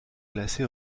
classé